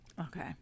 okay